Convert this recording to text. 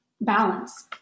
balance